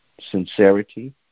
sincerity